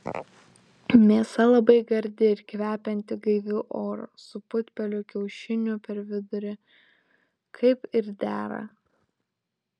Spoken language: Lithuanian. mėsa labai gardi ir kvepianti gaiviu oru su putpelių kiaušiniu per vidurį kaip ir dera